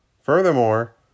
Furthermore